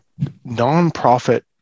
nonprofit